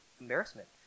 embarrassment